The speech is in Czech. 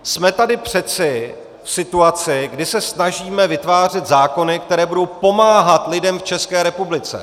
Jsme tady přeci v situaci, kdy se snažíme vytvářet zákony, které budou pomáhat lidem v České republice.